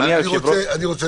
אני רוצה